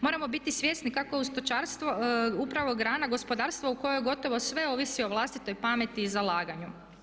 Moramo biti svjesni kako je stočarstvo upravo grana gospodarstva u kojoj gotovo sve ovisi o vlastitoj pameti i zalaganju.